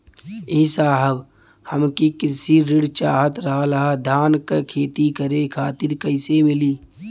ए साहब हमके कृषि ऋण चाहत रहल ह धान क खेती करे खातिर कईसे मीली?